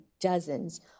dozens